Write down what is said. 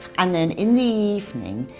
and then in the evening,